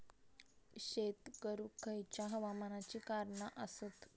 शेत करुक खयच्या हवामानाची कारणा आसत?